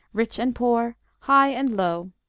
rich and poor, high and low.